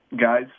guys